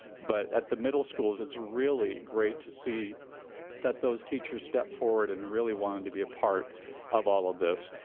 but at the middle schools it's really great to see that those teachers step forward and really wanted to be a part of all of this.